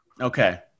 Okay